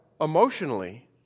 emotionally